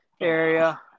area